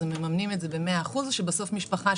מממנים את זה במאה אחוז או שבסוף משפחה,